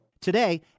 Today